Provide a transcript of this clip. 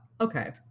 okay